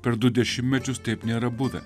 per du dešimtmečius taip nėra buvę